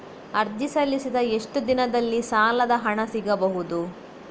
ಅರ್ಜಿ ಸಲ್ಲಿಸಿದ ಎಷ್ಟು ದಿನದಲ್ಲಿ ಸಾಲದ ಹಣ ಸಿಗಬಹುದು?